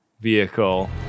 vehicle